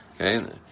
Okay